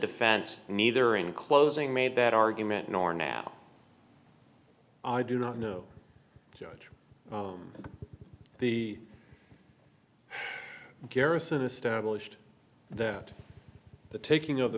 defense neither in closing made that argument nor now i do not know the garrison established that the taking of the